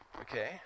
okay